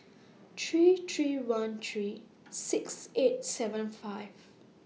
three three one three six eight seven five